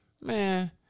Man